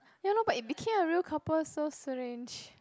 ya lor but it became a real couple so strange